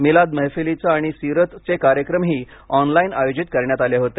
मिलाद मेहफलीच आणि सीरतचे कार्यक्रमही ऑनलाईन आयोजित करण्यात आले होते